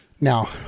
Now